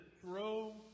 throw